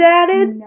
added